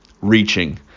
reaching